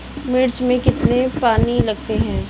मिर्च में कितने पानी लगते हैं?